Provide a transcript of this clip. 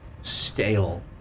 stale